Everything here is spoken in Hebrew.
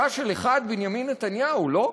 היה של אחד, בנימין נתניהו, לא?